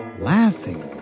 laughing